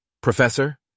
Professor